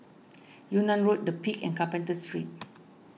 Yunnan Road the Peak and Carpenter Street